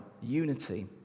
unity